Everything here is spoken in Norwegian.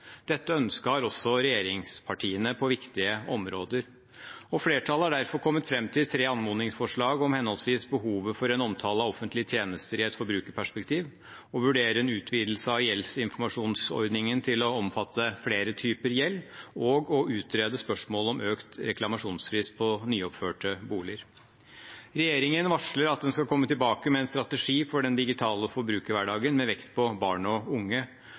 Dette ønsket har også regjeringspartiene på viktige områder. Flertallet har derfor kommet fram til tre anmodningsforslag, om henholdsvis behovet for en omtale av offentlige tjenester i et forbrukerperspektiv, å vurdere en utvidelse av gjeldsinformasjonsordningen til å omfatte flere typer gjeld og å utrede spørsmålet om økt reklamasjonsfrist på nyoppførte boliger. Regjeringen varsler at den skal komme tilbake med en strategi for den digitale forbrukerhverdagen, med vekt på barn og unge.